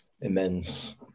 immense